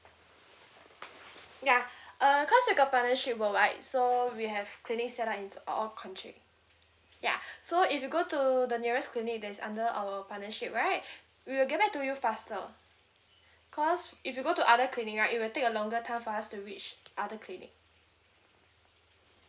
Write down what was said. ya uh cause we got partnership worldwide so we have clinics set up in s~ all country ya so if you go to the nearest clinic that is under our partnership right we will get back to you faster cause if you go to other clinic right it will take a longer time for us to reach other clinic